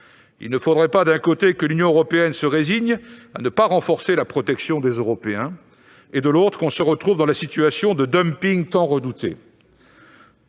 Il ne faudrait pas que, d'un côté, l'Union européenne se résigne à ne pas renforcer la protection des Européens et que, de l'autre, on se retrouve dans la situation tant redoutée